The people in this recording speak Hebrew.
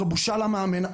זו בושה למאמן.